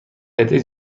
قطعه